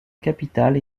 capitale